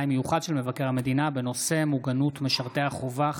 ו' בכסלו התשפ"ב / 28 30 בנובמבר 2022 / 3 חוברת ג'